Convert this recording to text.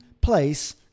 place